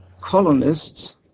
colonists